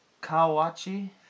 Kawachi